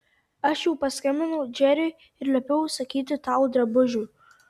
aš jau paskambinau džeriui ir liepiau užsakyti tau drabužių